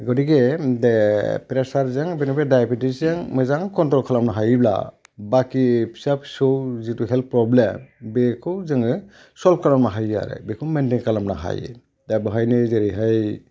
गटिके प्रेसारजों बेनिफ्राय दायबेटिसजों मोजां कन्ट्र'ल खालामनो हायोब्ला बाखि फिसा फिसौ जिथु हेल्थ प्र'ब्लेम बेखौ जोङो स'ल्भ खालामनो हायो आरो बेखौ मेनटैन खालामनो हायो दा बेवहायनो जेरैहाय